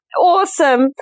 Awesome